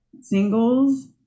singles